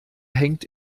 hängt